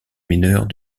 mineurs